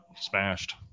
Smashed